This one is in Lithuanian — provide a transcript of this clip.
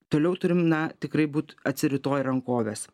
toliau turim na tikrai būt atsiraitoję rankoves